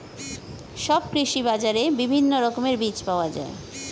সব কৃষি বাজারে বিভিন্ন রকমের বীজ পাওয়া যায়